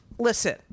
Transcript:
Listen